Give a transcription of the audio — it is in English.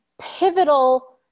pivotal